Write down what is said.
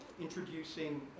Introducing